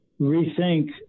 rethink